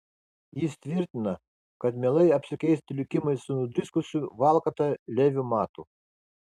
jis tvirtina kad mielai apsikeistų likimais su nudriskusiu valkata leviu matu